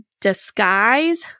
disguise